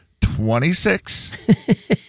Twenty-six